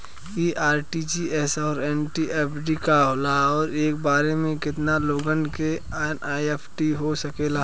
इ आर.टी.जी.एस और एन.ई.एफ.टी का होला और एक बार में केतना लोगन के एन.ई.एफ.टी हो सकेला?